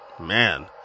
man